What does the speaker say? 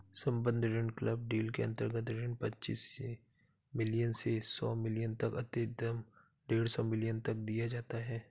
सम्बद्ध ऋण club deal के अंतर्गत ऋण पच्चीस मिलियन से सौ मिलियन तक अधिकतम डेढ़ सौ मिलियन तक दिया जाता है